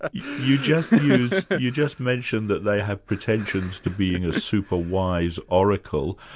ah you just you just mentioned that they have pretensions to being a superwise oracle.